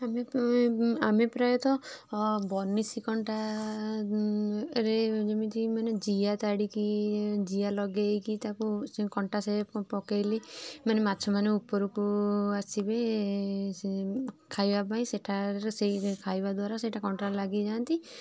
ଆମେ ଆମେ ପ୍ରାୟତଃ ବଂନଶୀ କଣ୍ଟା ରେ ଯେମିତି ମାନେ ଜିଆ ତାଡ଼ିକି ଜିଆ ଲଗେଇକି ତାକୁ କଣ୍ଟା ସେ ପକେଇଲି ମାନେ ମାଛମାନେ ଉପରକୁ ଆସିବେ ସେ ଖାଇବା ପାଇଁ ସେଠାରେ ସେଇ ଖାଇବା ଦ୍ୱାରା କଣ୍ଟାରେ ଲାଗି ଯାଆନ୍ତି